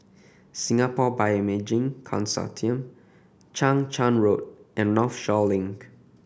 Singapore Bioimaging Consortium Chang Charn Road and Northshore Link